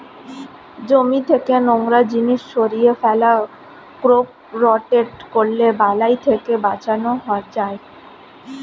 জমি থেকে নোংরা জিনিস সরিয়ে ফেলা, ক্রপ রোটেট করলে বালাই থেকে বাঁচান যায়